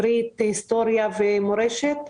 היסטוריה ומורשת.